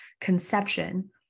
conception